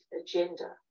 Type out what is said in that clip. agenda